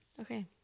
Okay